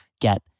get